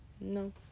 No